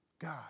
God